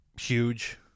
huge